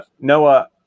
Noah